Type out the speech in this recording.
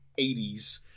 80s